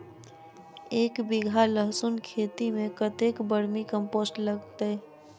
एक बीघा लहसून खेती मे कतेक बर्मी कम्पोस्ट लागतै?